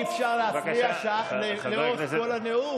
אי-אפשר להפריע שעה לאורך כל הנאום.